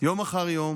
יום אחר יום,